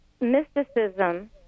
mysticism